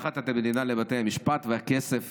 לקחת את המדינה לבתי המשפט, והכסף